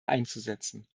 einzusetzen